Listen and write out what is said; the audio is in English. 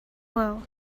well